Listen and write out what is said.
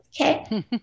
okay